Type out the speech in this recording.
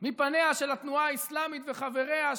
מפניה של התנועה האסלאמית וחבריה,